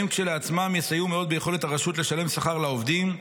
הם כשלעצמם יסייעו מאוד ביכולת הרשות לשלם שכר לעובדים.